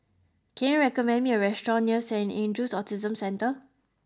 can you recommend me a restaurant near Saint Andrew's Autism Centre